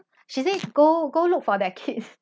she said go go look for that kid